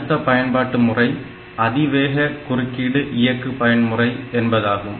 அடுத்த பயன்பாட்டு முறை அதிவேக குறுக்கீடு இயக்கு பயன்முறை என்பதாகும்